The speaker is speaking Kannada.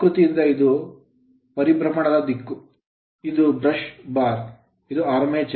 ಆಕೃತಿಯಿಂದ ಇದು ಪರಿಭ್ರಮಣದ ದಿಕ್ಕು ಇದು brush bar ಬ್ರಷ್ ಬಾರ್ ಇದು armature ಆರ್ಮೇಚರ್